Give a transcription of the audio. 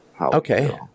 Okay